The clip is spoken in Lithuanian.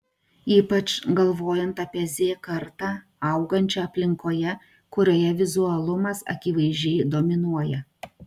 ypač galvojant apie z kartą augančią aplinkoje kurioje vizualumas akivaizdžiai dominuoja